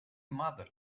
mother